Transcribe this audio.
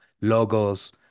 logos